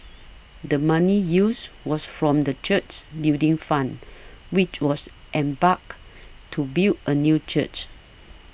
the money used was from the church's Building Fund which was embarked to build a new church